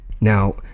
Now